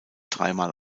dreimal